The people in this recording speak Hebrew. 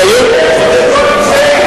נקיים,